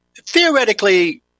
theoretically